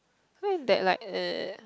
why like that like